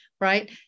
Right